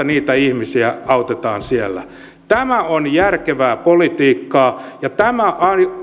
niitä ihmisiä autetaan siellä tämä on järkevää politiikkaa ja tämä